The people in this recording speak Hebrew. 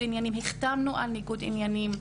עניינים והחתמנו על הסכם ניגוד עניינים.